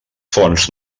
fonts